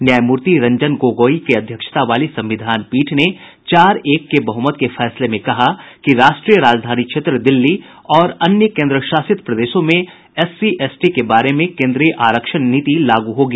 न्यायमूर्ति रंजन गोगोई की अध्यक्षता वाली संविधान पीठ ने चार एक के बहुमत के फैसले में कहा कि राष्ट्रीय राजधानी क्षेत्र दिल्ली और अन्य केन्द्रशासित प्रदेशों में एससी एसटी के बारे में केन्द्रीय आरक्षण नीति लागू होगी